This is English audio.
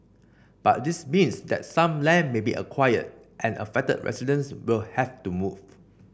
but this means that some land may be acquired and affected residents will have to move